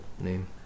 name